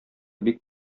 бик